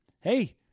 hey